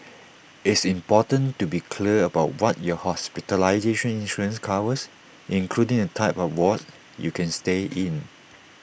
it's important to be clear about what your hospitalization insurance covers including the type of wards you can stay in